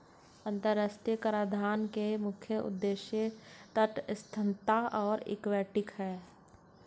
अंतर्राष्ट्रीय कराधान के मुख्य उद्देश्य तटस्थता और इक्विटी हैं